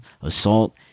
assault